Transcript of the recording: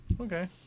Okay